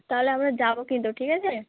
তাহলে আমরা যাবো কিন্তু ঠিক আছে